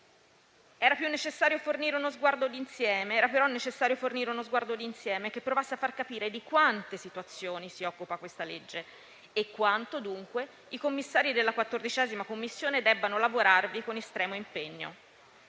Era però necessario fornire uno sguardo di insieme che provasse a far capire di quante situazioni si occupa questa legge e quanto i commissari della 14a Commissione debbano lavorarvi con estremo impegno.